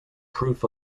proof